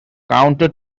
counter